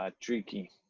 tricky